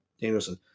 Danielson